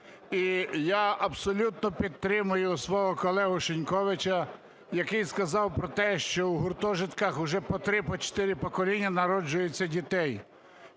І я абсолютно підтримую свого колегу Шиньковича, який сказав про те, що у гуртожитках уже по 3, по 4 покоління народжується дітей